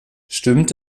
stimmt